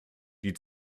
die